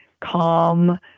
calm